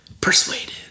Persuaded